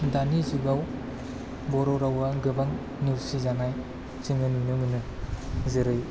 दानि जुगाव बर' रावा गोबां नेवसि जानाय जोङो नुनो मोनो जेरै